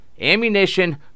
ammunition